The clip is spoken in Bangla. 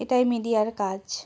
এটাই মিডিয়ার কাজ